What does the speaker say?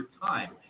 time